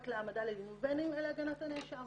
להעמדה לדין ובין אם להגנת הנאשם.